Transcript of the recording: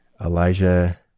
Elijah